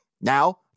Now